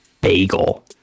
bagel